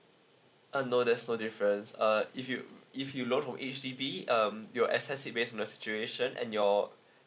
uh no there's no difference uh if you if you loan from H_D_B um we'll access it based on the situation and your